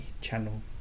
channel